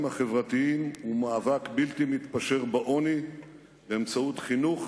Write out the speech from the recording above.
החברתיים ומאבק בלתי מתפשר בעוני באמצעות חינוך,